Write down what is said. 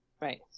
Right